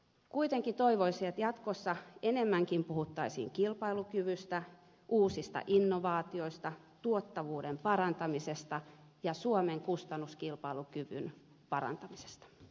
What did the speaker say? kuitenkin toivoisin että jatkossa enemmänkin puhuttaisiin kilpailukyvystä uusista innovaatioista tuottavuuden parantamisesta ja suomen kustannuskilpailukyvyn parantamisesta